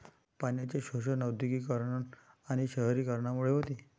पाण्याचे शोषण औद्योगिकीकरण आणि शहरीकरणामुळे होते